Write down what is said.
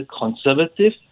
conservative